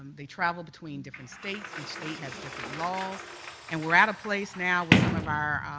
they travel between different state, each state has different laws and we're at place now with some of our